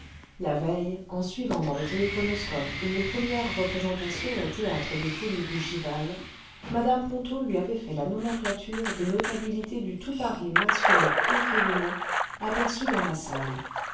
la veille en suivant dans le téléphonoscope une première représentation au théâtre des folies bougival mme ponto lui avait fait la nomenclature des notabilités du tout paris masculin et féminin aperçues dans la salle